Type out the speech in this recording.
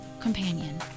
companion